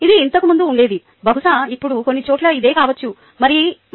ఇది ఇంతకుముందు ఉండేది బహుశా ఇప్పుడు కొన్ని చోట్ల ఇదే కావచ్చు మరియు ఇది విచారకరం